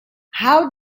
how